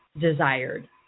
desired